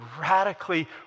radically